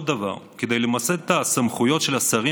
עוד דבר: כדי למסד את הסמכויות של השרים